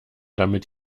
damit